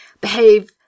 behave